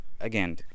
again